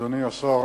אדוני השר,